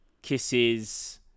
kisses